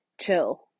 chill